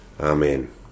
Amen